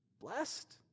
Blessed